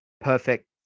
perfect